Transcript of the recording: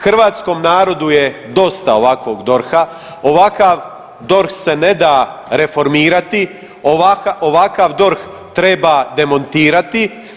Hrvatskom narodu je dosta ovakvog DORH-a, ovakav DORH se ne da reformirati, ovakav DORH treba demontirati.